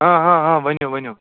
آ آ ؤِنِو ؤنِو